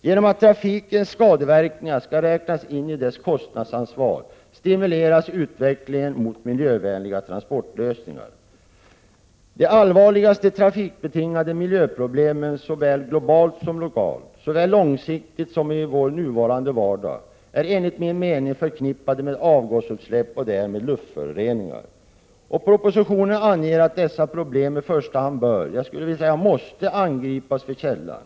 Genom att trafikens skadeverkningar skall räknas in i dess kostnadsansvar stimuleras utvecklingen mot miljövänligare transportlösningar. De allvarligaste trafikbetingade miljöproblem såväl globalt som lokalt, såväl långsiktigt som i vår nuvarande vardag, är enligt min mening förknippade med avgasutsläpp och därmed luftföroreningar. Propositionen anger att dessa problem i första hand bör, ja, jag skulle vilja säga måste, angripas vid källan.